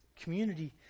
Community